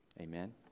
Amen